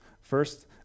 First